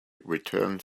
returned